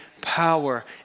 power